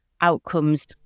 outcomes